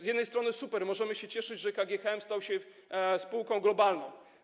Z jednej strony super, bo możemy się cieszyć, że KGHM stał się spółką globalną.